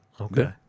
okay